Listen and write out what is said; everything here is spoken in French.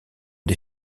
des